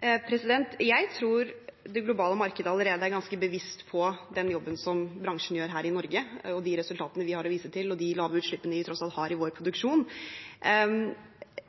Jeg tror det globale markedet allerede er ganske bevisst på den jobben som bransjen gjør her i Norge, de resultatene vi har å vise til, og de lave utslippene vi tross alt har i vår produksjon.